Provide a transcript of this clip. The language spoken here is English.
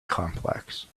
complex